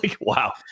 Wow